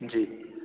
जी